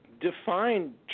define